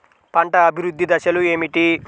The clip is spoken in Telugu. పంట అభివృద్ధి దశలు ఏమిటి?